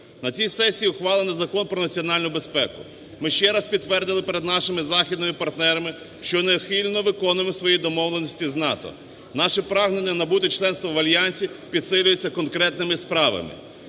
На цій сесії ухвалено Закон "Про національну безпеку". Ми ще раз підтвердили перед нашими західними партнерами, що неухильно виконуємо свої домовленості з НАТО. Наші прагнення набути членство в альянсі підсилюються конкретними справами.